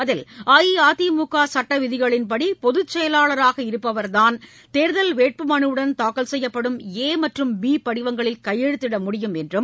அதில் அஇஅதிமுக சட்டவிதிகளின்படி பொதுச் செயலாளராக இருப்பவர்தான் தேர்தல் வேட்புமனுவுடன் தாக்கல் செய்யப்படும் ஏ மற்றும் பி படிவங்களில் கையெழுத்திட முடியும் என்றும்